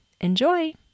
Enjoy